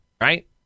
right